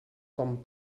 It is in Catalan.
com